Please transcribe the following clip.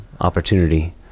opportunity